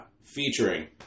featuring